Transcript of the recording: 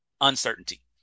uncertainty